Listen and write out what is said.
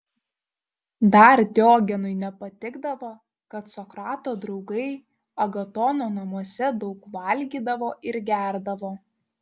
dar diogenui nepatikdavo kad sokrato draugai agatono namuose daug valgydavo ir gerdavo